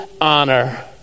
honor